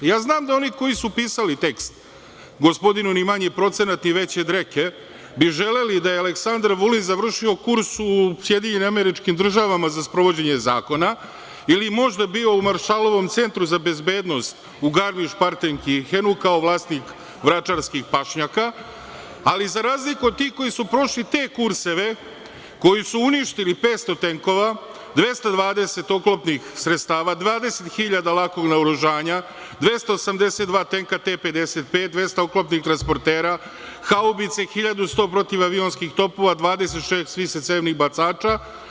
Ja znam da oni koji su pisali tekst gospodinu ni manji procenat ni veće dreke bi želeli da je Aleksandar Vulin završio kurs u SAD za sprovođenje zakona ili je možda bio u Maršalovom centru za bezbednost u Garmiš-Partenkirhenu kao vlasnik vračarskih pašnjaka, ali za razliku od tih koji su prošli te kurseve, koji su uništili 500 tenkova, 220 oklopnih sredstava, 20.000 lakog naoružanja, 282 tenka T-55, 200 oklopnih transportera, haubice, 1.100 protivavionskih topova, 26 višecevnih bacača.